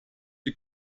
die